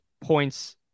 points